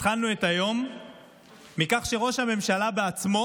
התחלנו את היום בכך שראש הממשלה בעצמו